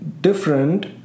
different